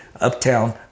uptown